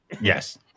yes